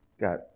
got